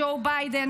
ג'ו ביידן,